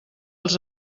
els